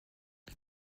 die